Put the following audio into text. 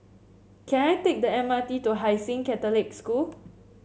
can I take the M R T to Hai Sing Catholic School